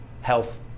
health